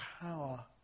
power